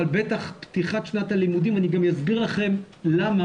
אבל בטח פתיחת שנת הלימודים אני גם אסביר לכם בהמשך למה